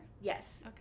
Yes